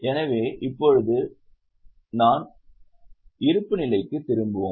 எனவே இப்போது நாம் இருப்புநிலைக்கு திரும்புவோம்